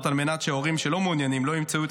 על מנת שהורים שאינם מעוניינים לא ימצאו את